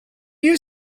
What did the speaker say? you